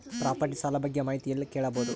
Property ಸಾಲ ಬಗ್ಗೆ ಮಾಹಿತಿ ಎಲ್ಲ ಕೇಳಬಹುದು?